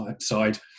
side